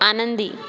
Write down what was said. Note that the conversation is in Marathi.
आनंदी